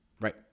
Right